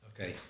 Okay